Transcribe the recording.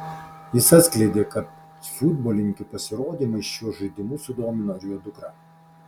jis atskleidė kad futbolininkių pasirodymai šiuo žaidimu sudomino ir jo dukrą